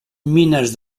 mines